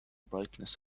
brightness